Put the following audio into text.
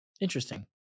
Interesting